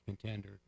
contender